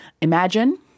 Imagine